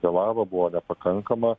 vėlavo buvo nepakankama